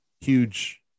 huge